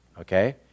okay